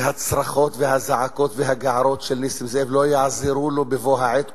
והצרחות והזעקות והגערות של נסים זאב לא יעזרו לו בבוא העת,